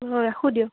অঁ ৰাখো দিয়ক